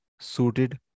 suited